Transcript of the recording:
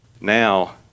Now